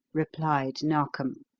replied narkom.